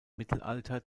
mittelalter